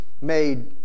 made